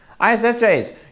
ISFJs